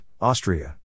Austria